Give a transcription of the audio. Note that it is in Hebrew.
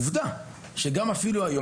העובדה היא שגם היום,